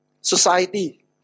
society